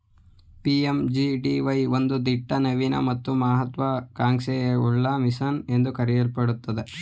PMJDY ಒಂದು ದಿಟ್ಟ ನವೀನ ಮತ್ತು ಮಹತ್ವ ಕಾಂಕ್ಷೆಯುಳ್ಳ ಮಿಷನ್ ಎಂದು ಕರೆಯಲ್ಪಟ್ಟಿದೆ